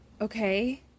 okay